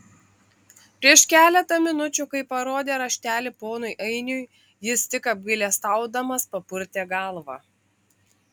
prieš keletą minučių kai parodė raštelį ponui ainui jis tik apgailestaudamas papurtė galvą